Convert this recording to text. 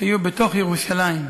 שהיו בתוך ירושלים,